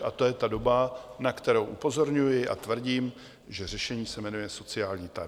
A to je ta doba, na kterou upozorňuji, a tvrdím, že řešení se jmenuje sociální tarif.